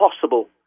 possible